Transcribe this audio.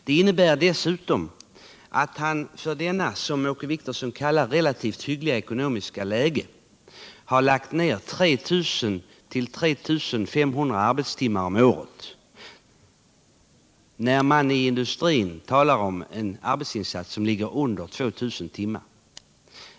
Det innebär dessutom att den svenske jordbrukaren för detta, som Åke Wictorsson kallar för relativt hyggliga ekonomiskt läge, har lagt ned 3000-3500 arbetstimmar om året — samtidigt som man i industrin talar om en arbetsinsats som ligger under 2 000 timmar om året.